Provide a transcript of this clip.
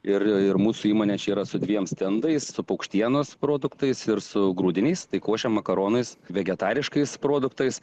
ir mūsų įmonė čia yra su dviem stendais su paukštienos produktais ir su grūdiniais košę makaronais vegetariškais produktais